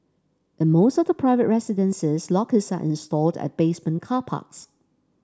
in most of the private residences lockers are installed at basement car parks